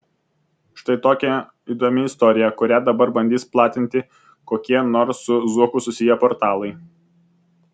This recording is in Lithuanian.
štai tokia įdomi istorija kurią dabar bandys platinti kokie nors su zuoku susiję portalai